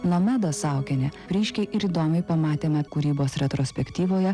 nomeda saukienė ryškiai ir įdomiai pamatėme kūrybos retrospektyvoje